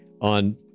on